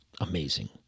amazing